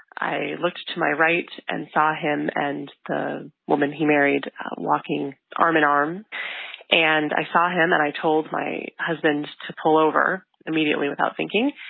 i looked to my right and saw him and the woman he married walking arm in arm and i saw him, and i told my husband to pull over immediately without thinking.